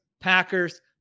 Packers